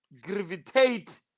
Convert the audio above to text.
gravitate